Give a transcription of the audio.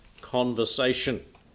conversation